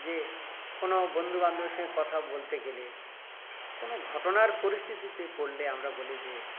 যে কোনো বন্ধু বান্ধবের সঙ্গে কথা বলতে গেলে কোনো ঘটনার পরিস্থিতিতে পড়লে আমরা বলি যে